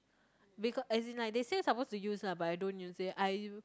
becau~ as in like they say suppose to use lah but I don't use it I